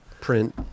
Print